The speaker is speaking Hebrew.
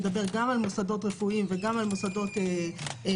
מדבר גם על מוסדות רפואיים וגם על מוסדות רווחה.